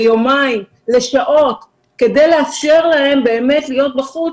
ליומיים או לשעות כדי לאפשר להם באמת להיות בחוץ,